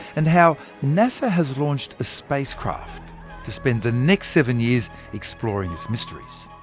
and how nasa has launched a spacecraft to spend the next seven years exploring its mysteries.